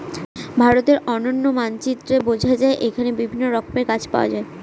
ভারতের অনন্য মানচিত্রে বোঝা যায় এখানে বিভিন্ন রকমের গাছ পাওয়া যায়